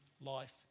life